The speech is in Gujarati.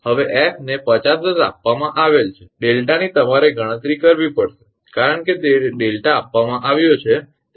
હવે 𝑓 ને 50 𝐻𝑧 આપવામાં આવેલ છે 𝛿 ની તમારે ગણતરી કરવી પડશે કારણ કે તે 𝛿 આપવામાં આવ્યો છે તે જાણીતો છે